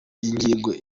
ingingo